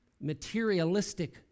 materialistic